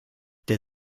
der